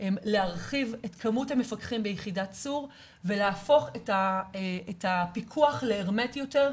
להרחיב את כמות המפקחים ביחידת צור ולהפוך את הפיקוח להרמטי יותר.